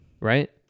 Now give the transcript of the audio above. right